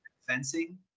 fencing